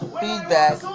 feedback